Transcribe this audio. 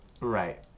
Right